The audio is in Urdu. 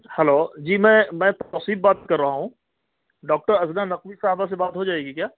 ہلو جی میں میں توصیف بات کر رہا ہوں ڈاکٹر عذرا نقوی صاحبہ سے بات ہو جائے گی کیا